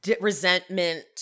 resentment